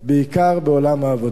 בעיקר בעולם העבודה.